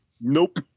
Nope